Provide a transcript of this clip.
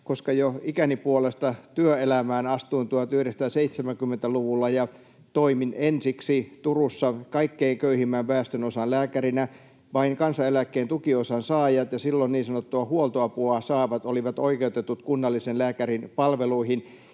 kun jo ikäni puolesta astuin työelämään 1970-luvulla, toimin ensiksi Turussa kaikkein köyhimmän väestönosan lääkärinä. Vain kansaneläkkeen tukiosan saajat ja silloin niin sanottua huoltoapua saavat olivat oikeutetut kunnallisen lääkärin palveluihin.